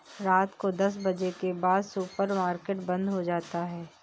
रात को दस बजे के बाद सुपर मार्केट बंद हो जाता है